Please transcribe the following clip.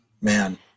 man